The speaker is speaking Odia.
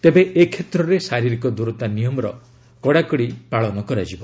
ତେବେ ଏ କ୍ଷେତ୍ରରେ ଶାରୀରିକ ଦୂରତା ନିୟମର କଡ଼ାକଡ଼ି ପାଳନ କରାଯିବ